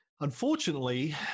unfortunately